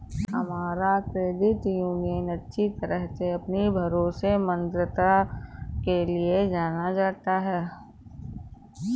हमारा credit union अच्छी तरह से अपनी भरोसेमंदता के लिए जाना जाता है